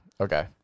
Okay